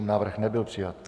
Návrh nebyl přijat.